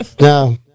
No